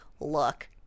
look